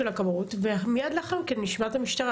הכבאות ומיד לאחר מכן נשמע את המשטרה.